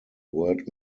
word